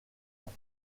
ans